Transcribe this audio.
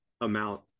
amount